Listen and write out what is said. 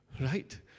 Right